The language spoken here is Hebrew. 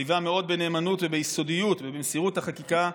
שליווה מאוד בנאמנות וביסודיות ובמסירות את החקיקה,